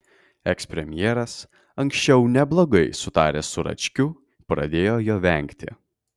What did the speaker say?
ekspremjeras anksčiau neblogai sutaręs su račkiu pradėjo jo vengti